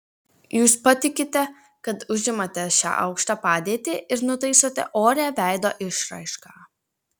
jūs patikite kad užimate šią aukštą padėtį ir nutaisote orią veido išraišką